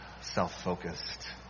self-focused